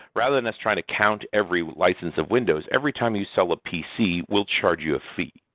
rather than us trying to count every license of windows. every time you sell a pc, we'll charge you a fee.